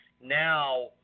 now